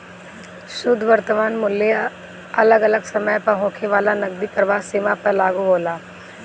शुद्ध वर्तमान मूल्य अगल अलग समय पअ होखे वाला नगदी प्रवाह सीमा पअ लागू होला